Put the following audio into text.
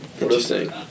Interesting